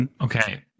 Okay